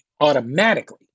automatically